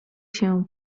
się